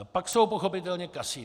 Pak jsou pochopitelně kasina.